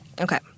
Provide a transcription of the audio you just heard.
Okay